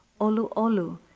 oluolu